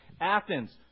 Athens